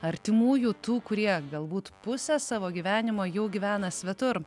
artimųjų tų kurie galbūt pusę savo gyvenimo jau gyvena svetur